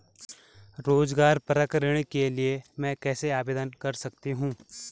रोज़गार परक ऋण के लिए मैं कैसे आवेदन कर सकतीं हूँ?